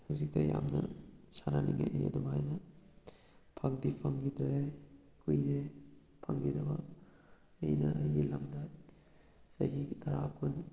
ꯍꯧꯖꯤꯛꯇ ꯌꯥꯝꯅ ꯁꯥꯟꯅꯅꯤꯡꯉꯛꯏ ꯑꯗꯨꯃꯥꯏꯅ ꯐꯪꯗꯤ ꯐꯪꯈꯤꯗꯔꯦ ꯀꯨꯏꯔꯦ ꯐꯪꯈꯤꯗꯕ ꯑꯩꯅ ꯑꯩꯒꯤ ꯂꯝꯗ ꯆꯍꯤ ꯇꯔꯥ ꯀꯨꯟ